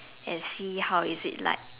and see how is it like